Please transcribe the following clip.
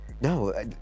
No